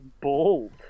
Bold